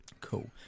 Cool